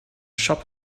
shop